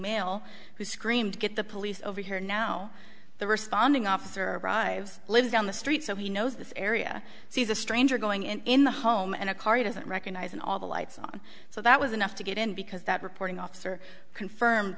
male who screamed get the police over here now the responding officer arrives lives down the street so he knows this area sees a stranger going in in the home and a car he doesn't recognize and all the lights on so that was enough to get in because that reporting officer confirmed